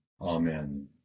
amen